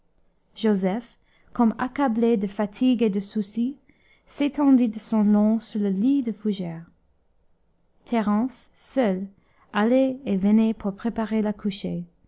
joseph comme accablé de fatigue et de souci s'étendit de son long sur le lit de fougère thérence seule allait et venait pour préparer la couchée